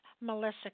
Melissa